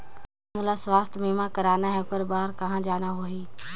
मोला स्वास्थ बीमा कराना हे ओकर बार कहा जाना होही?